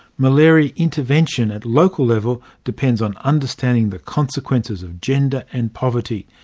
malaria intervention at local level depends on understanding the consequences of gender and poverty,